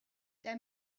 der